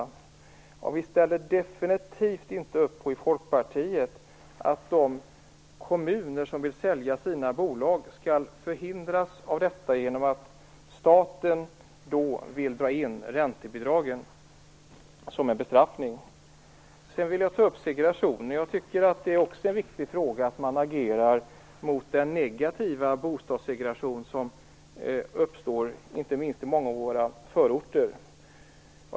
Vi i Folkpartiet ställer definitivt inte upp på att de kommuner som vill sälja sina bolag skall förhindras att göra detta genom att staten vill dra in räntebidragen som en bestraffning. Jag tycker att det är viktigt att man agerar mot den negativa bostadssegregation som uppstår inte minst i många av våra förorter.